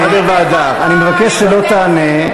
אני מבקש שלא תענה.